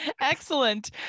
excellent